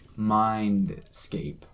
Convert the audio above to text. mindscape